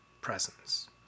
presence